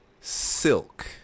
Silk